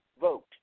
vote